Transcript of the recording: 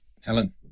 Helen